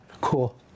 Cool